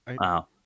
Wow